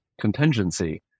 contingency